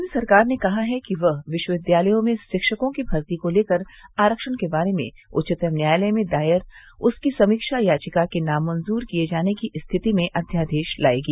केन्द्र सरकार ने कहा है कि वह विश्वविद्यालयों में शिक्षकों की भर्ती को लेकर आरक्षण के बारे में उच्चतम न्यायालय में दायर उसकी समीक्षा याचिका के नामंजूर किये जाने की स्थिति में अध्यादेश लाएगी